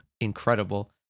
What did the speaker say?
incredible